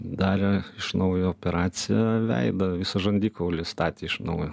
darė iš naujo operaciją veidą visą žandikaulį statė iš naujo